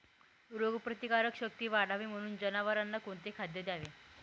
रोगप्रतिकारक शक्ती वाढावी म्हणून जनावरांना कोणते खाद्य द्यावे?